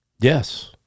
Yes